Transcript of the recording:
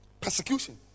persecution